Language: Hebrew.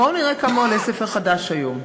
בואו נראה כמה עולה ספר חדש היום: